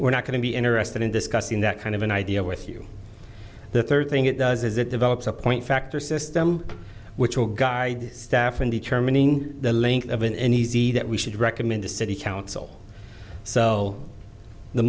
we're not going to be interested in discussing that kind of an idea with you the third thing it does is it develops a point factor system which will guide staff in determining the length of an easy that we should recommend the city council so the